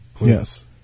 Yes